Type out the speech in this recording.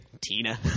Tina